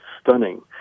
stunning